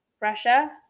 Russia